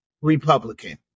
Republican